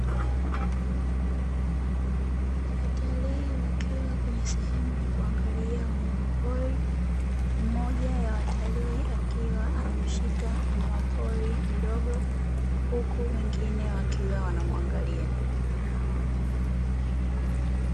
Watalii wakiwa sehemu ya kuangalia wanyama pori, mmoja ya watalii akiwa anamshika mnyama pori mdogo, huku wengine wakiwa wanamungalia.